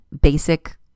basic